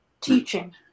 teaching